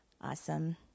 Awesome